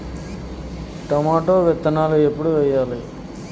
Tomato విత్తనాలు ఎప్పుడు వెయ్యాలి?